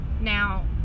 Now